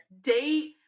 date